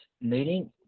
meeting